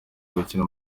gukina